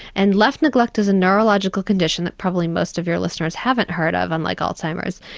and left neglect is a neurological condition that probably most of your listeners haven't heard of, unlike alzheimer's.